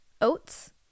oats